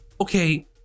okay